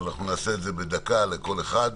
נעשה את זה בדקה לכל אחד.